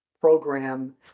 program